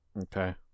Okay